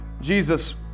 Jesus